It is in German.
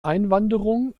einwanderung